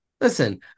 Listen